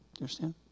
understand